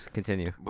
Continue